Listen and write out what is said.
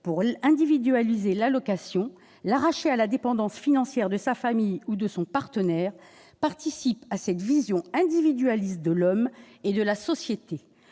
pour individualiser l'allocation, l'arracher à la dépendance financière de sa famille ou de son partenaire participe de cette vision individualiste de l'homme et de la société